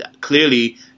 clearly